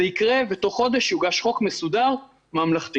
זה יקרה, ותוך חודש יוגש חוק מסודר ממלכתי.